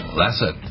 lesson